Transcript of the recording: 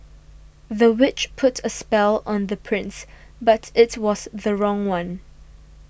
the witch put a spell on the prince but it was the wrong one